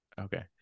Okay